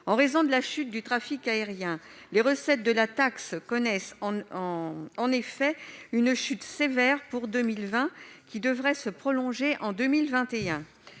En raison de la chute du trafic aérien, les recettes de cette taxe connaissent une chute sévère pour 2020, qui devrait se prolonger en 2021.